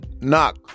knock